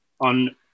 on